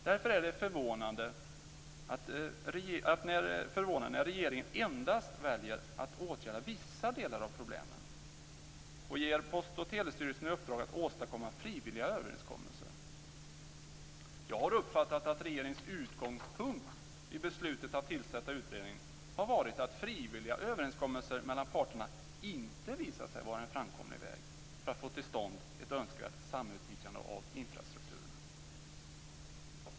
Därför är det förvånande att regeringen endast väljer att åtgärda vissa delar av problemen och ger Post och Telestyrelsen i uppdrag att åstadkomma frivilliga överenskommelser. Jag har uppfattat att regeringens utgångspunkt vid beslutet att tillsätta utredningen har varit att frivilliga överenskommelser mellan parterna inte visat sig vara en framkomlig väg för att få till stånd ett önskvärt samutnyttjande av infrastrukturerna.